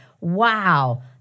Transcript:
Wow